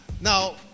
now